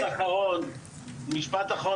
משפט אחרון ברשותך,